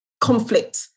conflict